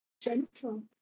Gentle